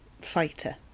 fighter